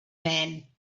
men